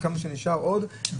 עוד שבועיים,